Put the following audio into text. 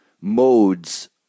modes